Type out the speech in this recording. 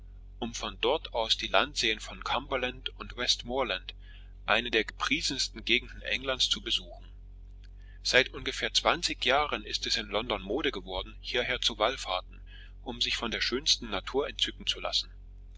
um von dort aus die landseen von cumberland und westmorland eine der gepriesensten gegenden englands zu besuchen seit ungefähr zwanzig jahren ist es in london mode geworden hierher zu wallfahrten um sich von der schönsten natur entzücken zu lassen